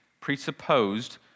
presupposed